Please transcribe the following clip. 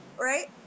Right